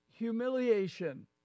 humiliation